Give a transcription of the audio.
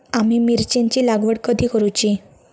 आम्ही मिरचेंची लागवड कधी करूची?